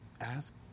ask